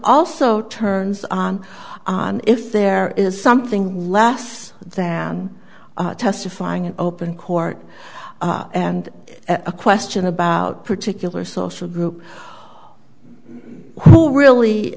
also turns on if there is something less than testifying in open court and a question about particular social group who really